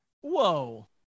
whoa